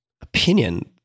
opinion